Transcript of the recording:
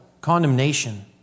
condemnation